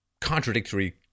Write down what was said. contradictory